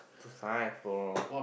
to sign I don't know